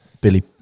Billy